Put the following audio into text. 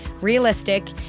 realistic